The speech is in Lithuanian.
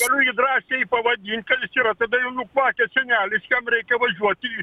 galiu jį drąsiai pavadint kad jis yra tada jau nukvakęs senelis jam reikia važiuoti į